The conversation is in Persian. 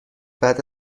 بعد